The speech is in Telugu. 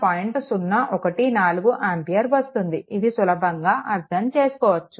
014 ఆంపియర్ వస్తుంది ఇది సులభంగా అర్థం చేసుకోవచ్చు